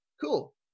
Cool